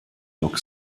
york